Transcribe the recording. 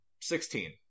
Sixteen